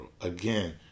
Again